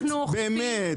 באמת...